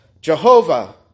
Jehovah